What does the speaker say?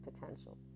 potential